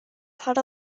part